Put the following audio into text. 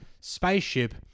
Spaceship